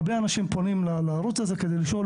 הרבה אנשים פונים אל הערוץ הזה כדי לשאול